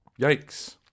yikes